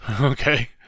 Okay